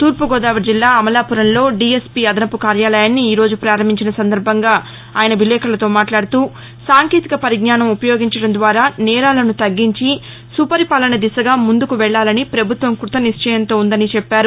తూర్పు గోదావరి జిల్లా అమలాపురంలో డీఎస్పీ అదనపు కార్యాలయాన్ని ఈరోజు ప్రారంభించిన సందర్బంగా చినరాజప్ప విలేకరులతో మాట్లాడుతూ సాంకేతిక పరిజ్ఞానం ఉపయోగించడం ద్వారా నేరాలను తగ్గించి సుపరిపాలన దిశగా ముందుకు వెళ్ళాలని పభుత్వం క్బతనిశ్చయంతో ఉందని చెప్పారు